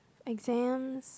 exams